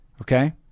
okay